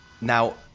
Now